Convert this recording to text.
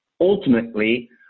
Ultimately